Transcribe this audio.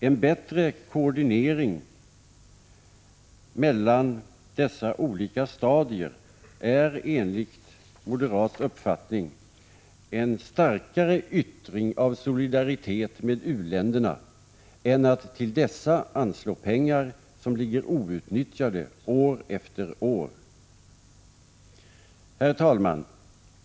En bättre koordinering mellan dessa olika stadier är enligt moderat uppfattning en starkare yttring av solidaritet med u-länderna än att till dessa anslå pengar som ligger outnyttjade år efter år. Herr talman!